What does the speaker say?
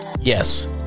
Yes